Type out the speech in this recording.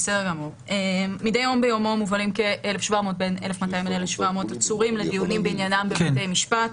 מדי יום מובלים בין 1,200 ל-1,700 עצורים לעניינם בבתי משפט.